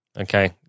Okay